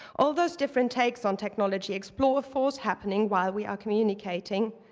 all those different takes on technology explore a force happening while we are communicating.